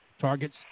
Targets